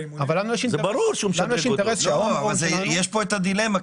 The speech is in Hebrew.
יש פה את הדילמה,